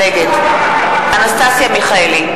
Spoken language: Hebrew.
נגד אנסטסיה מיכאלי,